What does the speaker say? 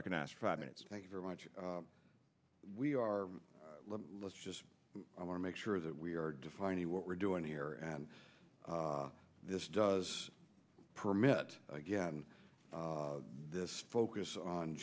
recognized five minutes thank you very much we are let's just i want to make sure that we are defining what we're doing here and this does permit again this focus on